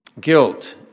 Guilt